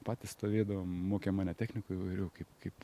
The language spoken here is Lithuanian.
patys stovėdavom mokė mane technikų įvairių kaip kaip